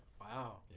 Wow